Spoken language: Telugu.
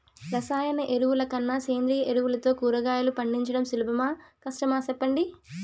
రసాయన ఎరువుల కన్నా సేంద్రియ ఎరువులతో కూరగాయలు పండించడం సులభమా కష్టమా సెప్పండి